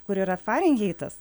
kur yra farenheitas